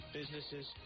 businesses